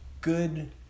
good